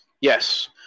Yes